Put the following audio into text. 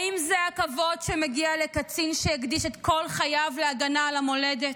האם זה הכבוד שמגיע לקצין שהקדיש את כל חייו להגנה על המולדת?